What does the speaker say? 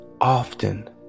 often